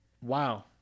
Wow